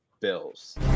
Bills